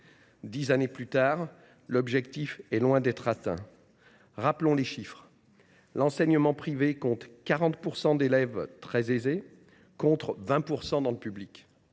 Dix années plus tard, l’objectif est loin d’être atteint. Rappelons les chiffres : l’enseignement privé compte 40 % d’élèves d’origine sociale très aisée, contre 20 % dans le public.